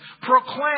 proclaim